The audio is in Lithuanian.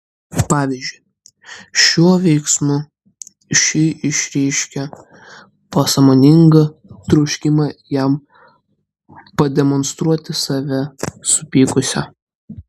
pavyzdžiui šiuo veiksmu ši išreiškė pasąmoningą troškimą jam pademonstruoti save supykusią